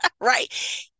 Right